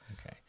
Okay